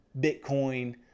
Bitcoin